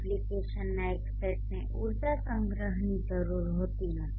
એપ્લિકેશનના એક સેટને ઊર્જા સંગ્રહની જરૂર હોતી નથી